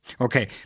Okay